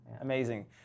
Amazing